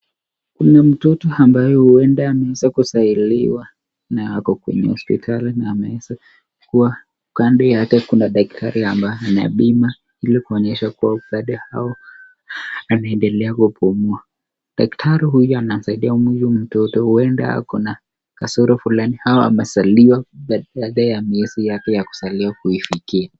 Kuna mtoto ambaye huenda ameweza kuzaliwa na ako kwenye hosiptali na ameweza kuwa, kando yake kuna daktari ambaye anapima ili kuonyesha kuwa bado au anaendelea kupumua, daktari huyo anamsaidia huyu mtoto huenda ako na kasoro fulani ama amezaliwa badala ya miezi yake ya kuzaliwa kufika.